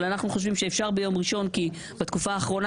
אבל אנחנו חושבים שאפשר ביום ראשון כי בתקופה האחרונה